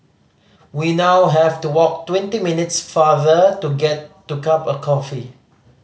we now have to walk twenty minutes farther to get to cup of coffee